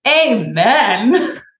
amen